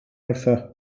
wrtho